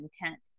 intent